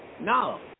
No